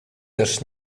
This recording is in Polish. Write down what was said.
też